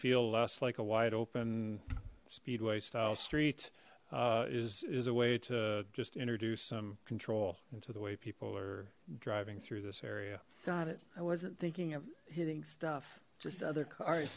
feel less like a wide open speedway style street is is a way to just introduce some control into the way people are driving through this area got it i wasn't thinking of hitting stuff just other cars